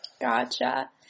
Gotcha